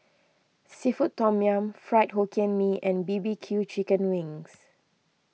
Seafood Tom Yum Fried Hokkien Mee and B B Q Chicken Wings